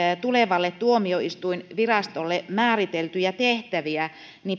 tulevalle tuomioistuinvirastolle määriteltyjä tehtäviä